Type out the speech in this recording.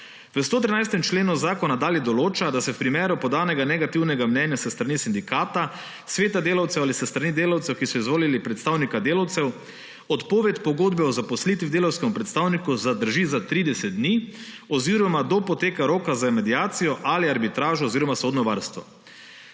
V 113. členu zakona dalje določa, da se v primeru podanega negativnega mnenja s strani sindikata, sveta delavcev ali s strani delavcev, ki so izvolili predstavnika delavcev, odpoved pogodbe o zaposlitvi delavskemu predstavniku zadrži za 30 dni oziroma do poteka roka za mediacijo ali arbitražo oziroma sodno varstvo.